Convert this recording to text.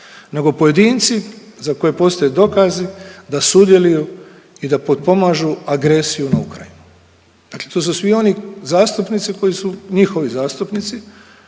nego pojedinci za koje postoje dokazi da sudjeluju i da potpomažu agresiju na Ukrajinu. Dakle, tu su svi oni zastupnici koji su njihovi zastupnici